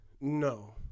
No